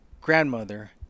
grandmother